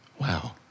Wow